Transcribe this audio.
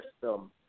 system